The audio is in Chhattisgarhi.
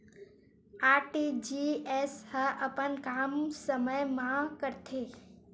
आर.टी.जी.एस ह अपन काम समय मा करथे?